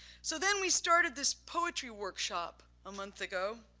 so then we started this poetry workshop a month ago,